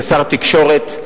כשר התקשורת.